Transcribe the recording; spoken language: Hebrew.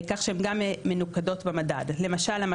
כלומר אתם עדיין לא יודעים איפה עומד כל מוסד.